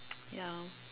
ya